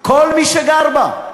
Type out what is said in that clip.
כל מי שגר בה.